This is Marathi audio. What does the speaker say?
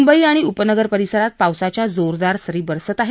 मुंबई आणि उपनगर परिसरात पावसाच्या जोरदार सरी बरसत आहेत